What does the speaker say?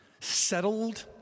settled